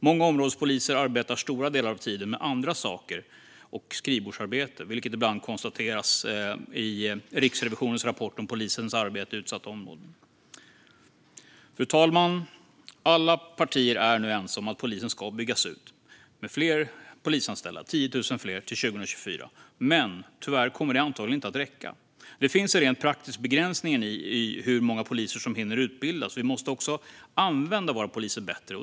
Många områdespoliser arbetar stora delar av tiden med andra saker och skrivbordsarbete, vilket bland annat konstateras i Riksrevisionens rapport om polisens arbete i utsatta områden. Fru talman! Alla partier är nu ense om att polisen ska byggas ut med 10 000 fler polisanställda till 2024. Men tyvärr kommer det antagligen inte att räcka. Det finns en rent praktisk begränsning i hur många poliser som hinner utbildas, men vi måste också använda våra poliser bättre.